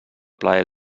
plaer